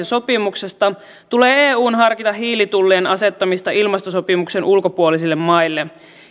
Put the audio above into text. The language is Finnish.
sopimuksesta tulee eun harkita hiilitullien asettamista ilmastosopimuksen ulkopuolisille maille